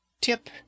Tip